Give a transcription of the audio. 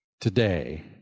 today